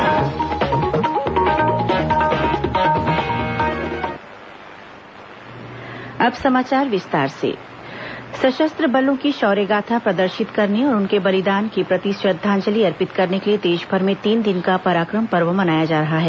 पराक्रम पर्व सशस्त्र बलों की शौर्य गाथा प्रदर्शित करने और उनके बलिदान के प्रति श्रद्वांजलि अर्पित करने के लिए देशभर में तीन दिन का पराक्रम पर्व मनाया जा रहा है